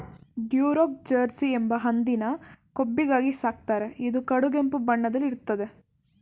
Duroc Jersey ಎಂಬ ಹಂದಿನ ಕೊಬ್ಬಿಗಾಗಿ ಸಾಕ್ತಾರೆ ಇದು ಕಡುಗೆಂಪು ಬಣ್ಣದಲ್ಲಿ ಇರ್ತದೆ